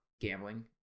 gambling